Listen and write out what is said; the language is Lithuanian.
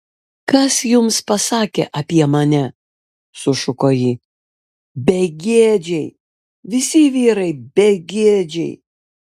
kas jums pasakė apie mane sušuko ji begėdžiai visi vyrai begėdžiai